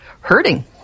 hurting